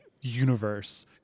universe